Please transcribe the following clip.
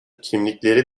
kimlikleri